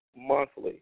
monthly